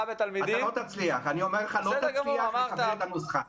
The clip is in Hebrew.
בתלמידים --- אתה לא תצליח לקבל את הנוסחה.